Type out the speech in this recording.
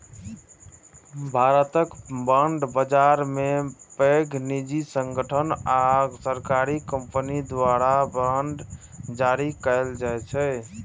भारतक बांड बाजार मे पैघ निजी संगठन आ सरकारी कंपनी द्वारा बांड जारी कैल जाइ छै